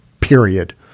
Period